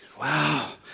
Wow